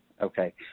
Okay